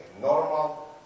normal